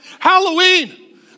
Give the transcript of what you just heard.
Halloween